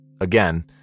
Again